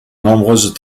nombreuses